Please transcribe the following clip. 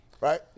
Right